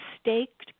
Staked